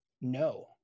No